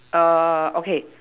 err okay